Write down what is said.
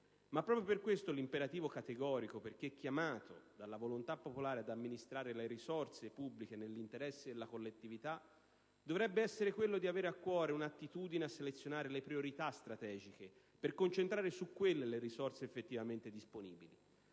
Ma proprio per questo l'imperativo categorico per chi è chiamato dalla volontà popolare ad amministrare le risorse pubbliche nell'interesse della collettività, dovrebbe essere quello di avere a cuore un'attitudine a selezionare le priorità strategiche per concentrare su quelle le risorse effettivamente disponibili.